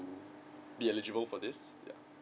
be eligible for this yup